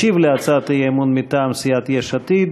ישיב על הצעת האי-אמון מטעם סיעת יש עתיד